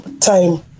time